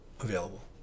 available